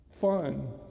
Fun